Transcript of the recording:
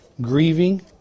grieving